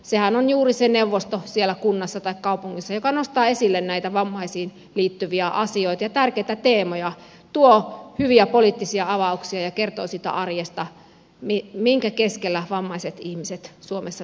sehän on juuri se neuvosto siellä kunnassa tai kaupungissa joka nostaa esille näitä vammaisiin liittyviä asioita ja tärkeitä teemoja tuo hyviä poliittisia avauksia ja kertoo siitä arjesta minkä keskellä vammaiset ihmiset suomessa tällä hetkellä elävät